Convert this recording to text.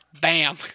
bam